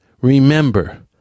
remember